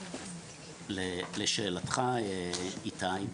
לשאלתך איתי,